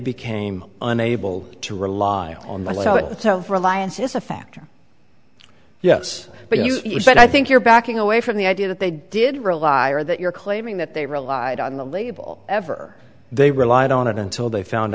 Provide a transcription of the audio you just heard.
became unable to rely on the reliance is a factor yes but you said i think you're backing away from the idea that they did realize that you're claiming that they relied on the label ever they relied on it until they found